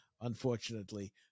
unfortunately